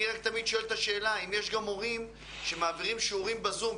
אני תמיד שואל את השאלה: האם יש מורים שמעבירים שיעורים בזום,